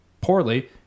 poorly